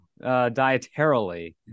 dietarily